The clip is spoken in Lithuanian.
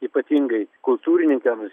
ypatingai kultūrininkams